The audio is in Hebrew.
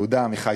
יהודה עמיחי,